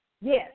Yes